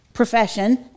profession